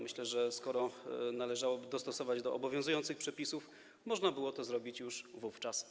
Myślę, że skoro należało to dostosować do obowiązujących przepisów, można było to zrobić już wówczas.